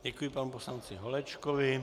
Děkuji panu poslanci Holečkovi.